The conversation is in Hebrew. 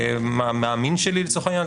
מה המאמין שלי לצורך העניין,